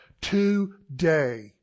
today